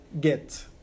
get